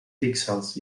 píxels